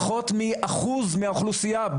פחות מאחוז מהאוכלוסיה.